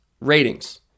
Ratings